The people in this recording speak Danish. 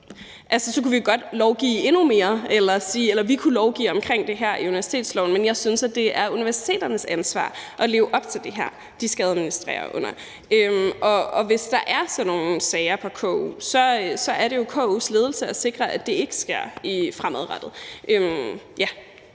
vi kunne lovgive om det her i universitetsloven, men jeg synes, at det er universiteternes ansvar at leve op til det her, de skal administrere under. Og hvis der er sådan nogle sager på KU, er det jo KU's ledelses ansvar at sikre, at det ikke sker fremadrettet.